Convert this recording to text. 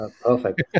Perfect